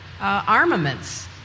armaments